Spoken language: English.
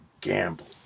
gamble